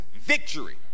victory